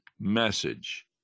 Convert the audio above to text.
message